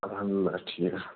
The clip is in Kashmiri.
الحمدُ للہ ٹھیٖک